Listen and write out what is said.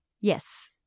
Yes